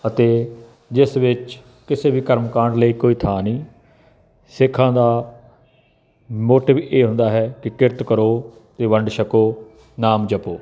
ਅਤੇ ਜਿਸ ਵਿੱਚ ਕਿਸੇ ਵੀ ਕਰਮਕਾਂਡ ਲਈ ਕੋਈ ਥਾਂ ਨਹੀਂ ਸਿੱਖਾਂ ਦਾ ਮੋਟਿਵ ਇਹ ਹੁੰਦਾ ਹੈ ਕਿ ਕਿਰਤ ਕਰੋ ਅਤੇ ਵੰਡ ਛਕੋ ਨਾਮ ਜਪੋ